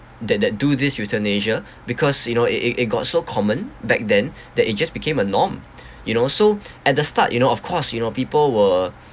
that that do this euthanasia because you know it it it got so common back then that it just became a norm you know so at the start you know of course you know people were